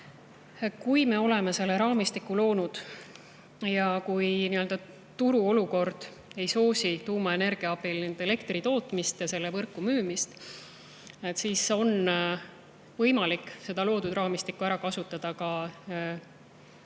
Kui me oleme selle raamistiku loonud ning kui turuolukord ei soosi tuumaenergia abil elektri tootmist ja selle võrku müümist, siis on võimalik kasutada loodud raamistikku ära ka teisel viisil